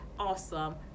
awesome